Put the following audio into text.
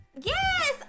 Yes